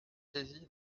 saisi